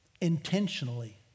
intentionally